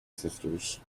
sisters